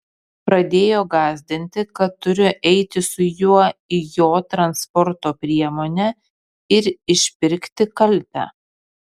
pradėjo gąsdinti kad turiu eiti su juo į jo transporto priemonę ir išpirkti kaltę